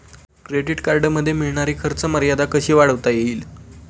Credit कार्डमध्ये मिळणारी खर्च मर्यादा कशी वाढवता येईल?